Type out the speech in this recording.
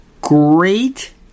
great